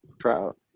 Trout